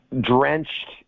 drenched